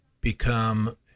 become